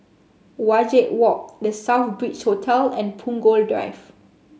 Wajek Walk The Southbridge Hotel and Punggol Drive